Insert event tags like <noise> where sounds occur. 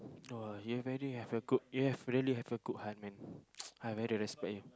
!wah! you have really have a good you have really have a good heart man <noise> I very respect you